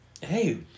Hey